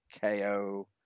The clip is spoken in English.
KO